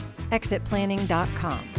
exitplanning.com